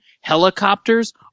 helicopters